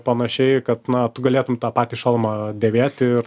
panašiai kad na tu galėtum tą patį šalmą dėvėti ir